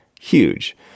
huge